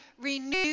renew